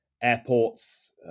airports